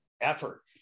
effort